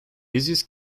easiest